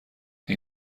این